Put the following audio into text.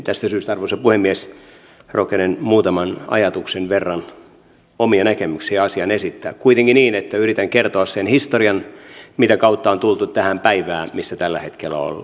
tästä syystä arvoisa puhemies rohkenen muutaman ajatuksen verran omia näkemyksiä asiasta esittää kuitenkin niin että yritän kertoa sen historian mitä kautta on tultu tähän päivään missä tällä hetkellä ollaan